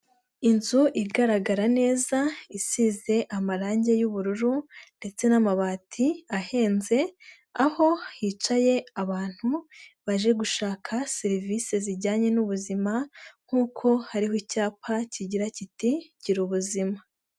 Inzu igaragara neza isize amarangi y'ubururu ndetse n'amabati ahenze, aho hicaye abantu baje gushaka serivisi zijyanye n'ubuzima, nk'uko hariho icyapa kigira kiti gira ubuzima.